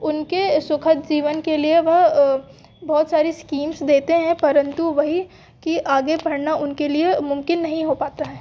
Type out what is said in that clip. उनके सुखद जीवन के लिए वह बहुत सारी इस्कीम्स देते हैं परंतु वही कि आगे पढ़ना उनके लिए मुमकिन नहीं हो पाता है